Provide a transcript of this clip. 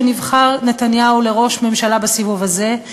משנבחר נתניהו לראש הממשלה בסיבוב הזה,